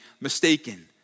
mistaken